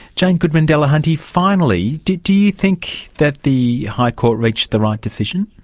jane goodman-delahunty, finally, do do you think that the high court reached the right decision?